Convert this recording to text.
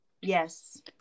Yes